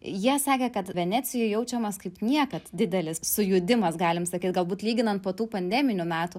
jie sakė kad venecijoj jaučiamas kaip niekad didelis sujudimas galim sakyt galbūt lyginant po tų pandeminių metų